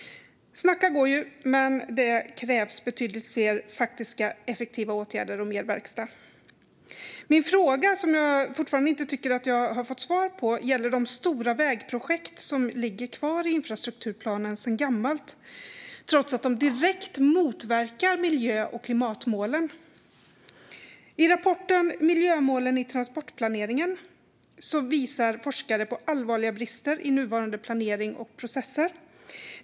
Snacka går, men det krävs betydligt fler faktiska effektiva åtgärder och mer verkstad. Min fråga, som jag fortfarande inte tycker att jag har fått svar på, gäller de stora vägprojekt som ligger kvar i infrastrukturplanen sedan gammalt, trots att de direkt motverkar miljö och klimatmålen. I rapporten Miljömål i transportplaneringen visar forskare på allvarliga brister i nuvarande planering och processer.